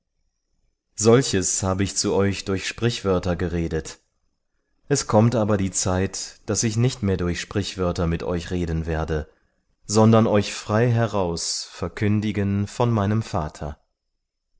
solches habe ich zu euch durch sprichwörter geredet es kommt aber die zeit daß ich nicht mehr durch sprichwörter mit euch reden werde sondern euch frei heraus verkündigen von meinem vater